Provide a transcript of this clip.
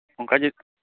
ᱚᱱᱠᱟᱜᱮ